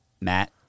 Matt